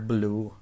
Blue